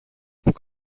που